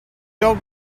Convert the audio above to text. dog